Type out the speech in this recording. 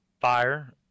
fire